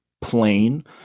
plain